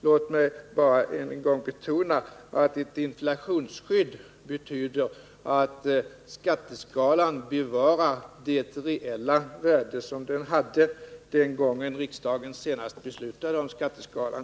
Låt mig bara än en gång få betona att ett inflationsskydd betyder att skatteskalan bevarar det reella värde som den hade den gången riksdagen senast beslutade om den.